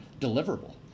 deliverable